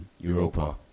Europa